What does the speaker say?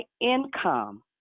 income